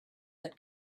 that